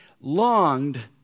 longed